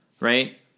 Right